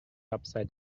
upside